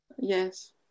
Yes